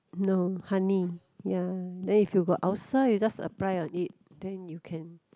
no honey ya then if you got ulcer you just apply on it then you can